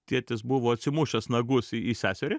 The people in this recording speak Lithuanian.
tėtis buvo atsimušęs nagus į seserį